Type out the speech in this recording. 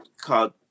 called